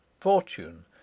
fortune